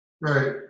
Right